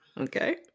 okay